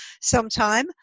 sometime